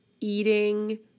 eating